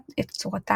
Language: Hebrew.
ברית כרותה היא.